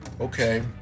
okay